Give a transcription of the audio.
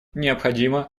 необходимо